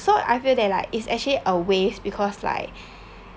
so I feel that like is actually a waste because like